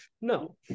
no